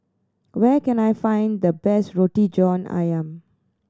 where can I find the best Roti John Ayam